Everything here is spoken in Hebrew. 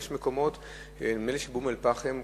יש מקומות כמו אום-אל-פחם למשל,